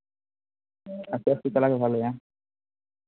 ᱟᱥᱛᱮ ᱟᱥᱛᱮ ᱪᱟᱞᱟᱣᱜᱮ ᱵᱷᱟᱜᱮᱭᱟ